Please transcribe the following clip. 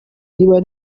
riba